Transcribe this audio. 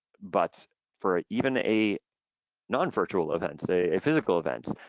but for even a non-virtual event, a physical event.